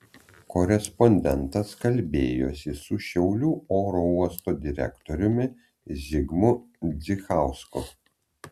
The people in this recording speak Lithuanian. korespondentas kalbėjosi su šiaulių oro uosto direktoriumi zigmui zdzichausku